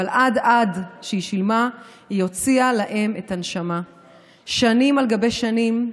אבל עד שהיא שילמה היא הוציאה להם את הנשמה שנים על גבי שנים,